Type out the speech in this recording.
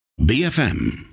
BFM